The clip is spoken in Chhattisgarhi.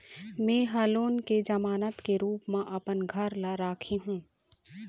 में ह लोन के जमानत के रूप म अपन घर ला राखे हों